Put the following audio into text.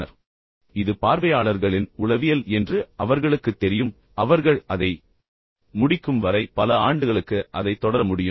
ஏனென்றால் இது பார்வையாளர்களின் உளவியல் என்று அவர்களுக்குத் தெரியும் அவர்கள் அதை முடிக்கும் வரை பல ஆண்டுகளுக்கு அதை தொடர முடியும்